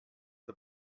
the